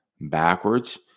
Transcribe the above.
backwards